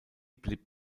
blieb